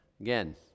Again